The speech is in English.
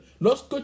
Lorsque